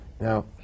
Now